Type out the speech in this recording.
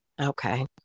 Okay